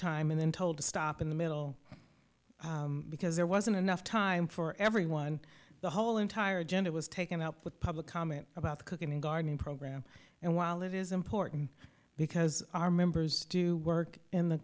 time and then told to stop in the middle because there wasn't enough time for everyone the whole entire agenda was taken up with public comment about the cooking and gardening program and while it is important because our members do work in the